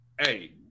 Hey